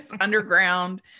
underground